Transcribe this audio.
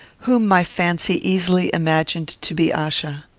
whom my fancy easily imagined to be achsa.